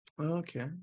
Okay